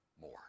more